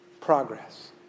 progress